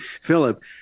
Philip